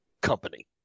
company